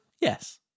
Yes